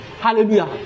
Hallelujah